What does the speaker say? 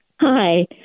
Hi